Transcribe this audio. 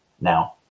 Now